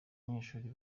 abanyeshuri